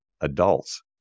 adults